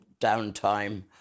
downtime